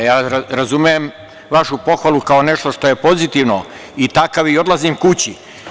Ja razumem vašu pohvalu kao nešto što je pozitivno i takav i odlazim kući.